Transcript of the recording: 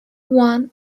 one